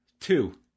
Two